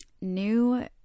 new